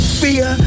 fear